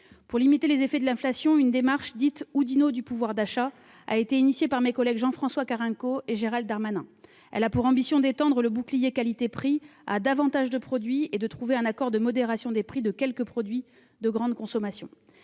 Pour limiter les effets de l'inflation, une démarche, dite Oudinot du pouvoir d'achat, a été engagée par mes collègues MM. Jean-François Carenco et Gerald Darmanin. Elle a pour ambition d'étendre le bouclier qualité-prix à davantage de produits et de trouver un accord afin de modérer les prix de quelques produits de grande consommation.